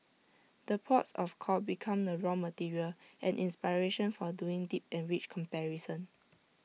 the ports of call become the raw material and inspiration for doing deep and rich comparison